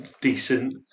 decent